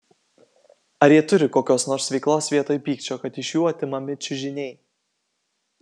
ar jie turi kokios nors veiklos vietoj pykčio kad iš jų atimami čiužiniai